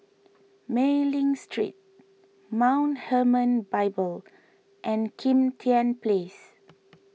Mei Ling Street Mount Hermon Bible and Kim Tian Place